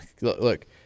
look